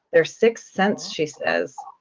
their sixth sense, she says.